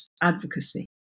advocacy